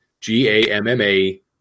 G-A-M-M-A